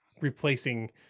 replacing